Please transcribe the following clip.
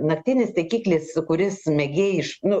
naktinis taikiklis su kuris mėgėjiš nu